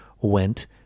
went